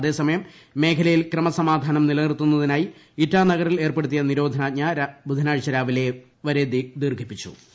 അതേസമയം മേഖലയിൽ ക്രമസമാധാനം നിലനിർത്തുന്നതിനായി ഇറ്റാനഗറിൽ ഏർപ്പെടുത്തിയ നിരോധനാജ്ഞ ബുധനാഴ്ച രാവിലെ വരെ ദീർഘിപ്പിച്ചു